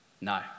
No